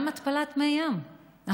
גם התפלת מי ים,